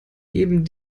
eben